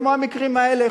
וכמו המקרים האלה,